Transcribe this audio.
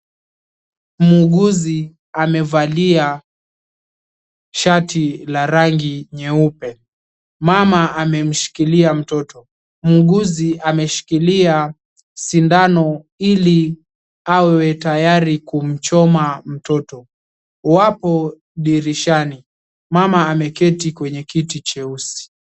Muuguzi amevalia shati la rangi nyeupe. Mama amemshikilia mtoto, muuguzi ameshikilia sindano ili awe tayari kumchoma mtoto. Wapo dirishani, mama ameketi kwenye kiti cheusi.